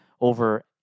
over